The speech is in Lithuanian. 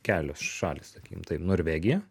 kelios šalys sakykim taip norvegija